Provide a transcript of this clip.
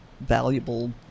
valuable